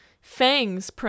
Fangs